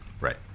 Right